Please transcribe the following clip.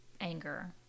anger